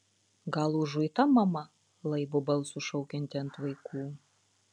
gal užuita mama laibu balsu šaukianti ant vaikų